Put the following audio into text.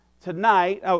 tonight